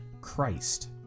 Christ